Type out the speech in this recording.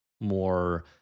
more